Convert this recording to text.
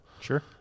sure